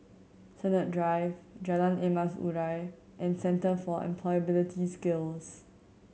Sennett Drive Jalan Emas Urai and Centre for Employability Skills